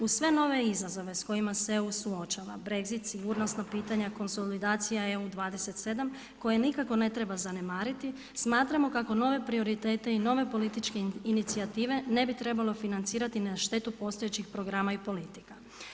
Uz sve nove izazove, s kojim se suočavaš Brexit sigurnosno pitanja, konsolidacija EU 27 koje nikako ne treba zanemariti, smatramo kako nove prioritete i nove političke inicijative ne bi trebalo financirati na štetu postojećih programa i politika.